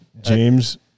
james